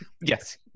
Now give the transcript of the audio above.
yes